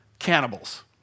Cannibals